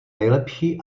nejlepší